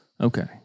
Okay